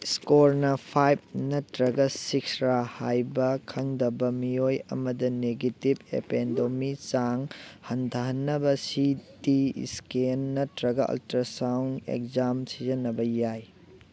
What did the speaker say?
ꯏꯁꯀꯣꯔꯅ five ꯅꯠꯇ꯭ꯔꯒ ꯁꯤꯛꯁꯔ ꯍꯥꯏꯕ ꯈꯪꯗꯕ ꯃꯤꯑꯣꯏ ꯑꯃꯗ ꯅꯦꯒꯦꯇꯤꯞ ꯑꯦꯄꯦꯟꯗꯣꯃꯤ ꯆꯥꯡ ꯍꯟꯊꯍꯟꯅꯕ ꯁꯤ ꯇꯤ ꯏꯁꯀꯦꯟ ꯅꯠꯇ꯭ꯔꯒ ꯑꯜꯇ꯭ꯔꯁꯥꯎꯟ ꯑꯦꯛꯖꯥꯝ ꯁꯤꯖꯤꯟꯅꯕ ꯌꯥꯏ